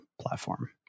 platform